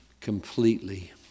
completely